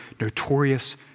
notorious